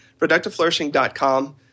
ProductiveFlourishing.com